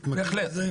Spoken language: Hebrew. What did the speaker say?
אתה מכיר את זה?